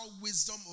wisdom